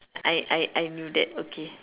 I I I knew that okay